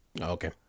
Okay